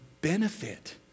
benefit